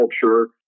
culture